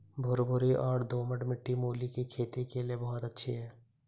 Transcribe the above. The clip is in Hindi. भुरभुरी और दोमट मिट्टी मूली की खेती के लिए बहुत अच्छी है